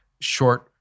short